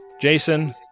Jason